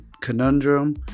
Conundrum